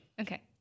Okay